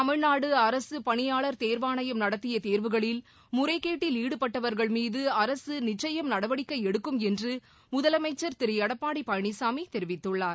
தமிழ்நாடுஅரசுபணியாளர் தேர்வாணையம் நடத்தியதேர்வுகளில் முறைகேட்டில் ஈடுபட்டவர்கள் மீதுஅரசுநிச்சுயம் நடவடிக்கைஎடுக்கும் என்றுமுதலமைச்சர் திருளடப்பாடிபழனிசாமிதெரிவித்துள்ளார்